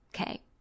Okay